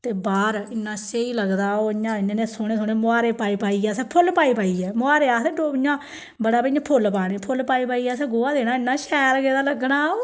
ते बाहर इन्ना स्हेई लगदा ओह् इयां इन्ने सोहने सोहने मोहारे पाई पाइयै असें फुल्ल पाई पाइयै मुहारे आखदे बड़ा भाई इयां फुल्ल पाने फुल्ल पाई पाइयै असें गोहा देना इन्ना शैल बेह्ड़ा लग्गना